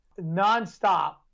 nonstop